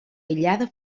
aïllada